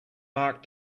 mark